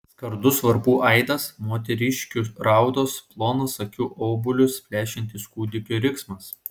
skardus varpų aidas moteriškių raudos plonas akių obuolius plėšiantis kūdikių riksmas